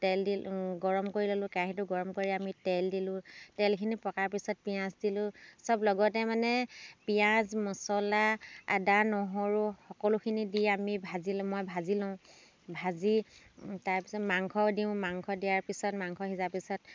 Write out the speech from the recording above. তেল দি গৰম কৰি ল'লোঁ কেৰাহীটো গৰম কৰি আমি তেল দিলোঁ তেলখিনি পকাৰ পিছত পিঁয়াজ দিলোঁ চব লগতে মানে পিঁয়াজ মছলা আদা নহৰু সকলোখিনি দি আমি ভাজি মই ভাজি লওঁ ভাজি তাৰ পিছত মাংস দিওঁ মাংস দিয়াৰ পিছত মাংস সিজাৰ পিছত